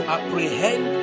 Apprehend